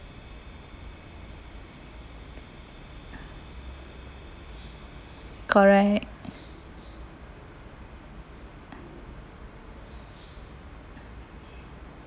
correct